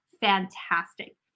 fantastic